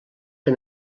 que